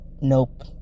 nope